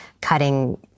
cutting